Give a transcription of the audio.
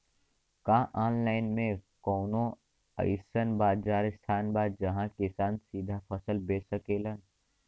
का आनलाइन मे कौनो अइसन बाजार स्थान बा जहाँ किसान सीधा फसल बेच सकेलन?